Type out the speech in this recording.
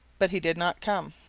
but he did not come.